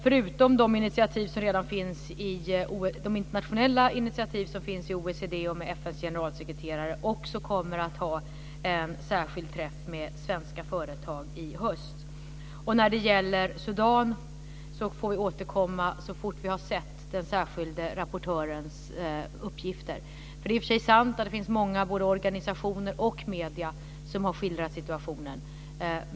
Förutom de internationella initiativ som tas i OECD och av FN:s generalsekreterare kommer vi också att ha en särskild träff med svenska företag i höst. När det gäller Sudan får vi återkomma så fort vi har sett den särskilde rapportörens uppgifter. Det är sant att det finns många organisationer och medier som har skildrat situationen.